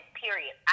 period